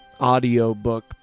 audiobook